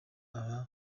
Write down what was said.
abantu